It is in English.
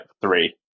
three